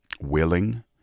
willing